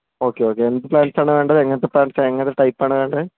okay okay എന്ത് പ്ലാന്റ്സാണ് വേണ്ടത് എങ്ങനത്തെ പ്ലാന്റ്സാണ് എങ്ങനെത്തെ ടൈപ്പാണ് വേണ്ടത്